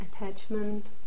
attachment